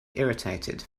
irritated